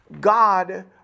God